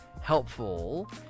helpful